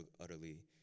utterly